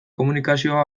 komunikazio